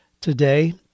today